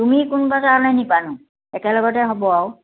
তুমি কোনোবা কাৰণে নিবানো একেলগতে হ'ব আৰু